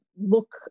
look